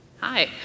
Hi